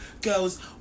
goes